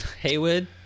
Haywood